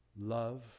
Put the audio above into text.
love